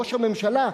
ראש הממשלה,